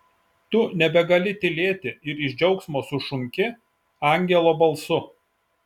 tu nebegali tylėti ir iš džiaugsmo sušunki angelo balsu